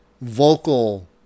vocal